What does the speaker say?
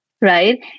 Right